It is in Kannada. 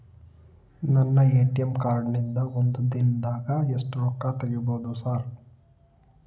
ನನ್ನ ಎ.ಟಿ.ಎಂ ಕಾರ್ಡ್ ನಿಂದಾ ಒಂದ್ ದಿಂದಾಗ ಎಷ್ಟ ರೊಕ್ಕಾ ತೆಗಿಬೋದು ಸಾರ್?